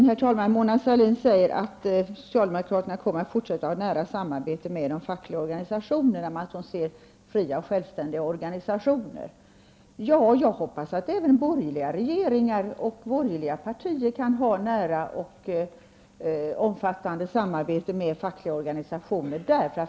Herr talman! Mona Sahlin säger att socialdemokraterna kommer att fortsätta att ha ett nära samarbete med de fackliga organisationerna och att hon ser dem som fria och självständiga organisationer. Jag hoppas att även borgerliga partier och borgerliga regeringar kan ha nära och omfattande samarbete med fackliga organisationer.